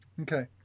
okay